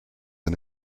and